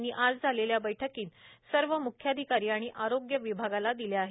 यांनी आज झालेल्या बैठकीत सर्व म्ख्याधिकारी आणि आरोग्य विभागाला दिल्या आहेत